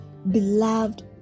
Beloved